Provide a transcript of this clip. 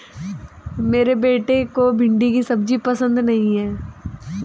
मेरे बेटे को भिंडी की सब्जी पसंद नहीं है